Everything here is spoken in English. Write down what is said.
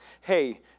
Hey